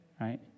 right